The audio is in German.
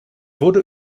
wurde